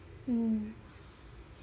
mm